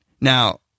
Now